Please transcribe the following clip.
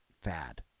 fad